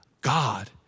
God